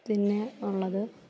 പിന്നെ ഉള്ളത്